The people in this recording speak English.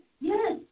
yes